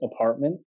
apartment